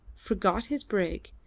forgot his brig,